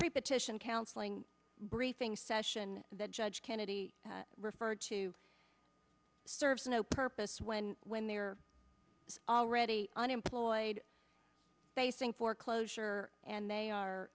paper titian counseling briefing session that judge kennedy referred to serves no purpose when when they are already unemployed facing foreclosure and they are